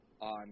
on